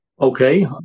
Okay